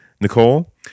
Nicole